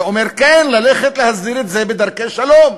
היה אומר: כן, ללכת להסדיר את זה בדרכי שלום.